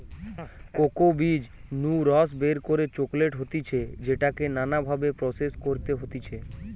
cocoa বীজ নু রস বের করে চকলেট হতিছে যেটাকে নানা ভাবে প্রসেস করতে হতিছে